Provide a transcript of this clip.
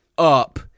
up